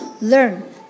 learn